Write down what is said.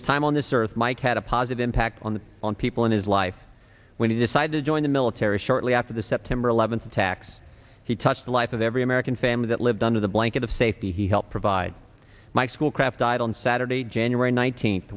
his time on this earth mike had a positive impact on the on people in his life when he decided to join the military shortly after the september eleventh attacks he touched the life of every american family that lived under the blanket of safety he helped provide my school craft died on saturday january